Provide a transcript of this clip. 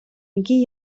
які